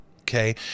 Okay